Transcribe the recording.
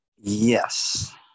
yes